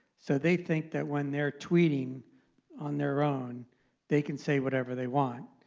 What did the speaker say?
so they think that when they're tweeting on their own they can say whatever they want.